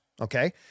okay